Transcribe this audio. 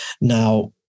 now